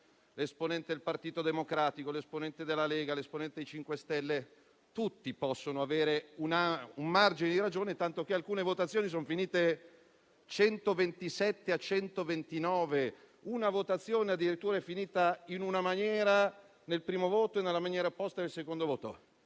l'esponente del Partito Democratico, l'esponente della Lega, l'esponente del MoVimento 5 Stelle. Tutti possono avere un margine di ragione, tanto che alcune votazioni sono finite 127 a 129. Una votazione, addirittura, è finita in una maniera al primo voto e nella maniera opposta al secondo voto.